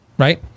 Right